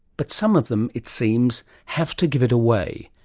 but some of them, it seems, have to give it away.